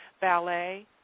Ballet